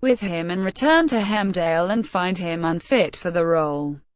with him and return to hemdale and find him unfit for the role.